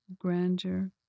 grandeur